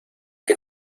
que